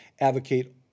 advocate